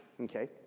Okay